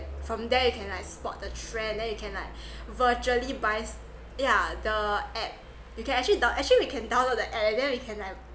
from there you can like spot the trend and then you can like virtually buys yeah the app you can actually down actually we can download the app and then we can like